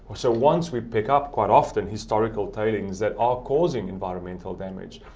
so, once we pick up, quite often historical tailings that are causing environmental damage,